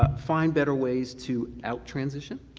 find better ways to out transition,